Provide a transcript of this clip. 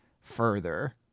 further